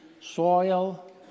soil